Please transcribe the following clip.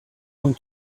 going